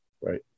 Right